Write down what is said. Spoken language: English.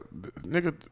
nigga